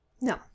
No